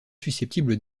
susceptibles